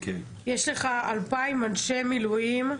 יש לך 2,000 אנשי מילואים,